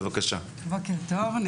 בוקר טוב,